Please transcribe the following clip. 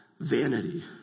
vanity